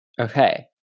Okay